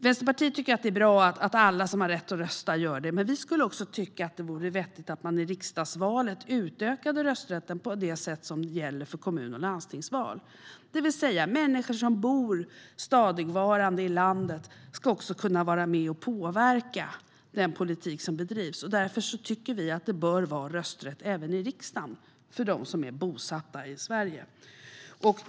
Vänsterpartiet tycker att det är bra om alla som har rätt att rösta gör det, men vi skulle också tycka att det vore vettigt om man i riksdagsvalet utökade rösträtten i enlighet med det som gäller för kommun och landstingsval. För att människor som bor stadigvarande i landet ska kunna vara med och påverka den politik som bedrivs tycker vi att det bör vara rösträtt även till riksdagen för dem som är bosatta i Sverige.